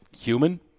human